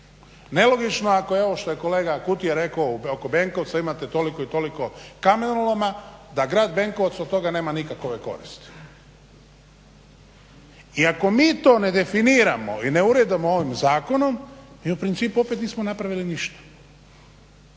Nelogično je ako je ovo što je kolega Kutija rekao oko Benkovca imate toliko i toliko kamenoloma da grad Benkovac od toga nema nikakove koristi. I ako mi to ne definiramo i ne uredimo ovim zakonom mi u principu opet nismo napravili ništa,